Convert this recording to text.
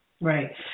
Right